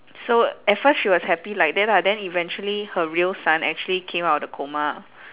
so at first she was happy like that lah then eventually her real son actually came out of the coma